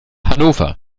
hannover